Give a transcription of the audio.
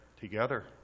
together